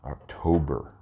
October